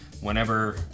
whenever